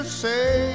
say